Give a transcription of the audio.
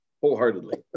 wholeheartedly